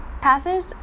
Passage